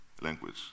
language